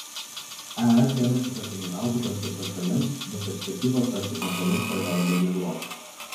es ėmėsi tarpininkauti konflikto šalims bet perspektyvos rasti kompromisą yra labai miglotos